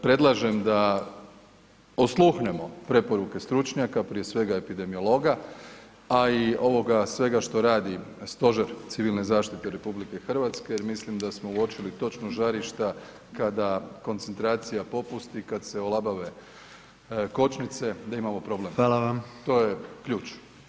Predlažem da osluhnemo preporuke stručnjaka, prije svega epidemiologa, a i ovoga svega što radi Stožer civilne zaštite RH jer mislim da smo uočili točno žarišta kada koncentracija popusti, kad se olabave kočnice, da imamo problem [[Upadica: Hvala vam.]] To je ključ.